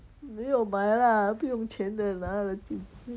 没有买 lah 不用钱的拿了就